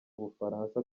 bufaransa